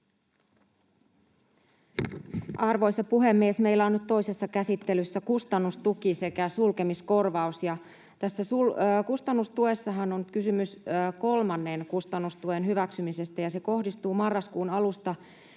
Arvoisa puhemies! Meillä on nyt toisessa käsittelyssä kustannustuki sekä sulkemiskorvaus. Tässä kustannustuessahan on kysymys kolmannen kustannustuen hyväksymisestä, ja se kohdistuu marraskuun alusta